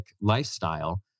lifestyle